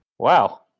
Wow